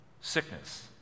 sickness